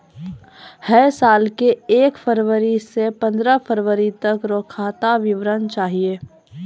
है साल के एक फरवरी से पंद्रह फरवरी तक रो खाता विवरणी चाहियो